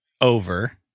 over